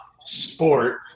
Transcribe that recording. sport